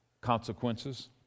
consequences